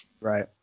Right